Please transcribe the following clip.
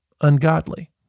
ungodly